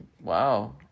Wow